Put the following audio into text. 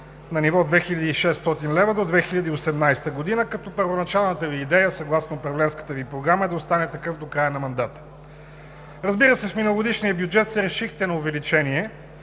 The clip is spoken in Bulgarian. на ниво 2600 лв. до 2018 г., като първоначалната Ви идея съгласно Управленската Ви програма е да остане такъв до края на мандата. Разбира се, с миналогодишния бюджет се решихте на увеличение